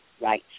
Right